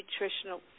nutritional